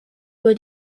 über